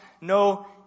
no